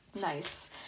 nice